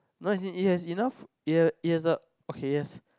no as in it has enough it has it has the okay yes